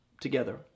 together